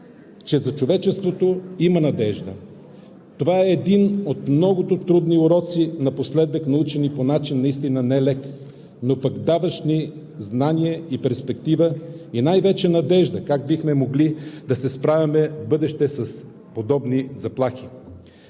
че за човечеството има надежда. Това е един от многото трудни уроци напоследък, научени по начин наистина нелек, но пък даващ ни знание и перспектива и най-вече надежда как бихме могли да се справяме в бъдеще с подобни заплахи.